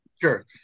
Sure